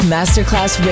Masterclass